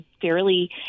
fairly